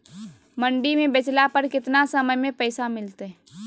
मंडी में बेचला पर कितना समय में पैसा मिलतैय?